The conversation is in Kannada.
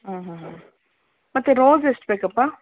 ಹ್ಞೂ ಹ್ಞೂ ಹ್ಞೂ ಮತ್ತು ರೋಝ್ ಎಷ್ಟು ಬೇಕಪ್ಪ